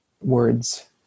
words